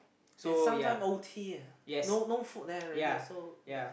and sometime o_t eh no no food there already so yeah